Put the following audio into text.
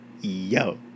Yo